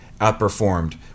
outperformed